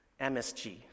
MSG